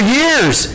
years